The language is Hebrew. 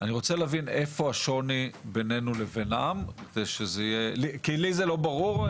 אני רוצה להבין היכן השוני בינינו לבינם כי לי זה לא ברור.